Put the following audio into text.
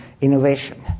innovation